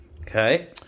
Okay